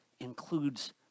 includes